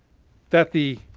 that the